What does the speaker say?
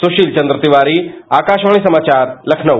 सुशील चन्द्र तिवारी आकाशवाणी समाचार लखनऊ